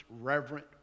reverent